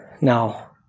Now